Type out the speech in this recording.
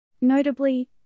Notably